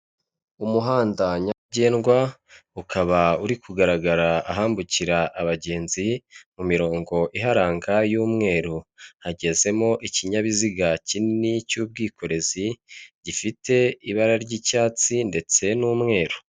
Umuhanda nyabagendwa ukaba uri kugaragara ahambukira abagenzi, mu mirongo iharanga y'umweru, hagezemo ikinyabiziga kinini cy'ubwikorezi, gifite ibara ry'icyatsi ndetse n'umweru.